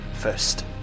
first